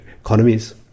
economies